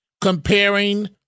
comparing